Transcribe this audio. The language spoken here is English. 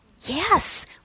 Yes